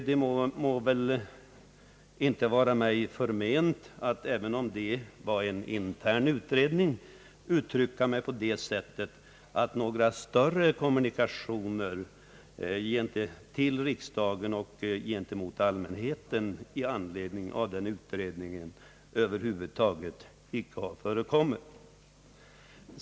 Det må väl inte vara mig förment, även om det var en intern utredning, att uttrycka mig på det sättet att några effektiva kommunikationer till riksdagen och gentemot allmänheten i anledning av den utredningen över huvud taget icke har förekommit.